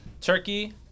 turkey